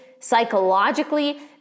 psychologically